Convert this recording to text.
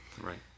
Right